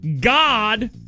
God